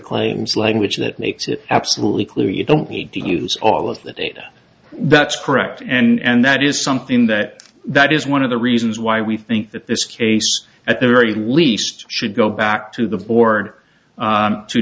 claims language that makes it absolutely clear you don't need to use all of the data that's correct and that is something that that is one of the reasons why we think that this case at the very least should go back to the board